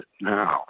now